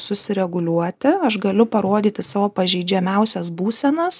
susireguliuoti aš galiu parodyti savo pažeidžiamiausias būsenas